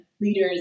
leaders